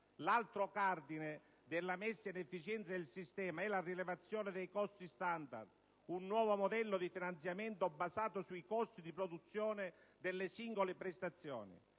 L'altro cardine della messa in efficienza del sistema è la rilevazione dei costi standard, un nuovo modello di finanziamento basato sui costi di produzione delle singole prestazioni.